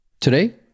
Today